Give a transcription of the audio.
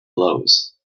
blows